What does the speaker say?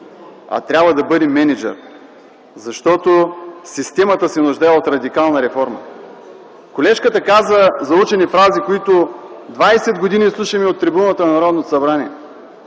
а трябва да бъде мениджър. Защото системата се нуждае от радикална реформа. Колежката каза заучени фрази, които 20 години слушаме от трибуната на Народното събрание,